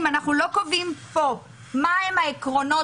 אם אנחנו לא קובעים פה מה הם העקרונות